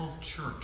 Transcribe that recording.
church